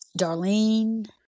Darlene